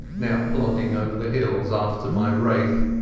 now plodding over the hills after my wraith.